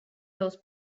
those